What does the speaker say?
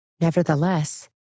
Nevertheless